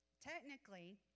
Technically